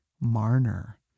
Marner